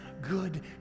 good